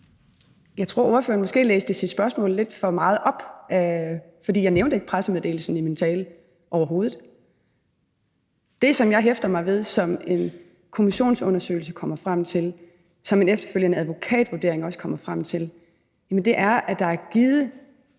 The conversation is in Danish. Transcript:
Jeg tror måske, ordføreren læste sit spørgsmål lidt for meget op. For jeg nævnte ikke pressemeddelelsen i min tale overhovedet. Det, som jeg hæfter mig ved, som en kommissionsundersøgelse kommer frem til, og som en efterfølgende advokatvurdering også kommer frem til, er, at der er givet